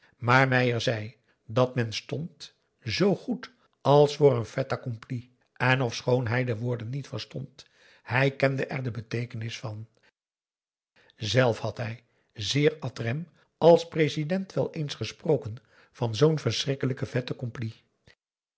meier zei dat men stond zoo goed als voor een fait accompli en ofschoon hij de woorden niet verstond hij kende er de beteekenis van zelf had hij zeer ad rem als president wel eens gesproken van zoo'n verschrikkelijke